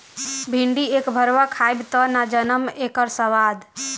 भिन्डी एक भरवा खइब तब न जनबअ इकर स्वाद